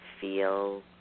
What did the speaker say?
feel